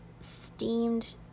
steamed